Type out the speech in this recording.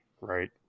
Right